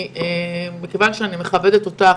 מכיוון שאני מכבדת אותך,